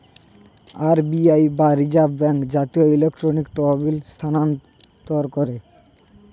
RBI বা reserve bank জাতীয় electronic তহবিল স্থানান্তর করে